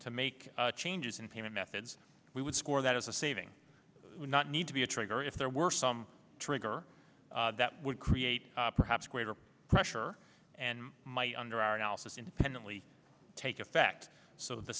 to make changes in payment methods we would score that as a saving would not need to be a trigger if there were some trigger that would create perhaps greater pressure and might under our analysis independently take effect so the